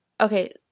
okay